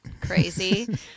crazy